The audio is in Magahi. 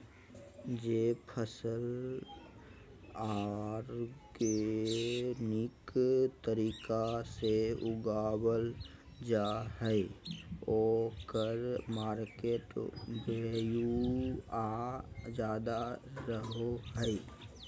जे फसल ऑर्गेनिक तरीका से उगावल जा हइ ओकर मार्केट वैल्यूआ ज्यादा रहो हइ